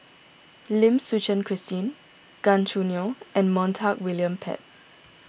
Lim Suchen Christine Gan Choo Neo and Montague William Pett